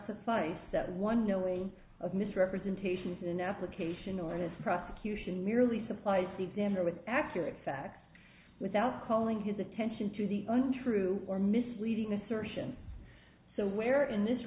suffice that one knowing of misrepresentations in application or this prosecution merely supplies the examiner with accurate facts without calling his attention to the untrue or misleading assertion so where in this